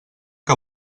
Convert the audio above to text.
que